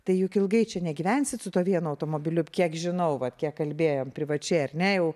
tai juk ilgai čia negyvensit su tuo vienu automobiliu kiek žinau vat kiek kalbėjome privačiai ar ne jau